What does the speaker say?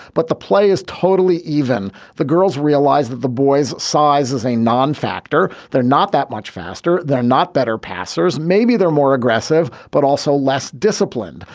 but the play is totally. even the girls realize that the boys size is a non-factor. they're not that much faster. they're not better passers. maybe they're more aggressive, but also less disciplined.